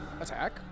attack